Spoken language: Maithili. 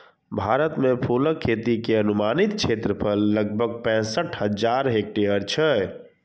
भारत मे फूलक खेती के अनुमानित क्षेत्रफल लगभग पैंसठ हजार हेक्टेयर छै